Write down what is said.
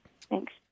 Thanks